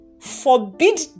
forbid